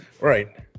right